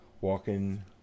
walking